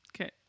Okay